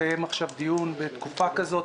לקיים דיון בתקופה כזאת,